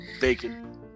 Bacon